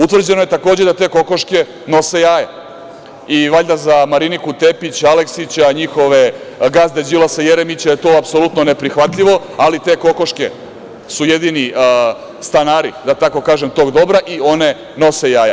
Utvrđeno je takođe da te kokoške nose jaja i valjda za Mariniku Tepić, Aleksića, njihove gazde Đilasa i Jeremića je to apsolutno neprihvatljivo, ali te kokoške su jedini stanari, da tako kažem, tog dobra i one nose jaja.